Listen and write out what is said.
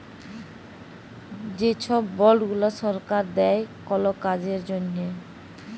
যে ছব বল্ড গুলা সরকার দেই কল কাজের জ্যনহে